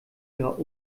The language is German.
ihrer